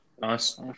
Nice